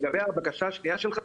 לגבי הבקשה השנייה שלך,